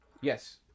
Yes